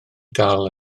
dal